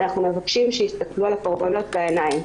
אנחנו מבקשים שיסתכלו לקורבנות בעיניים.